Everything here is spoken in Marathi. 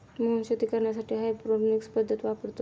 मोहन शेती करण्यासाठी हायड्रोपोनिक्स पद्धत वापरतो